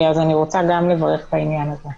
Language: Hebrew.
אז אני רוצה גם לברך בעניין הזה.